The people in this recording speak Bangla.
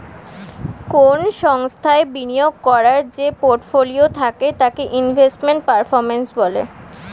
কোন সংস্থায় বিনিয়োগ করার যে পোর্টফোলিও থাকে তাকে ইনভেস্টমেন্ট পারফর্ম্যান্স বলে